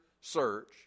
search